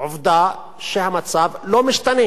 עובדה שהמצב לא משתנה.